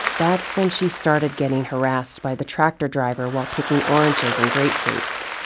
that's when she started getting harassed by the tractor driver while picking oranges and grapefruits.